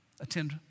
Attend